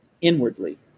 inwardly